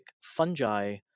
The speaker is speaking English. fungi